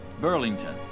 Burlington